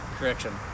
Correction